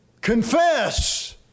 Confess